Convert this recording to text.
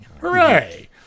Hooray